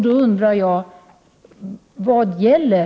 Då undrar jag: Vad gäller?